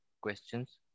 questions